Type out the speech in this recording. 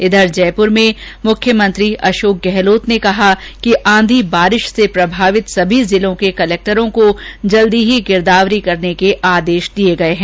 इधर जयपुर में मुख्यमंत्री अशोक गहलोत ने कहा कि आंधी बारिश से प्रभावित सभी जिलों के कलेक्टरों को जल्द ही गिरदावरी करने के आदेश दिये गये हैं